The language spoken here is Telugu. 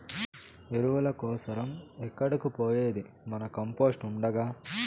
ఎరువుల కోసరం ఏడకు పోయేది మన కంపోస్ట్ ఉండగా